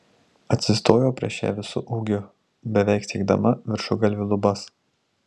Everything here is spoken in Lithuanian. atsistojau prieš ją visu ūgiu beveik siekdama viršugalviu lubas